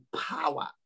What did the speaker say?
power